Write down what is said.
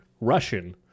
Russian